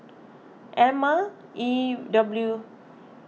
Ema E W